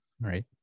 right